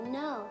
no